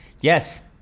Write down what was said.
Yes